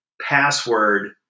password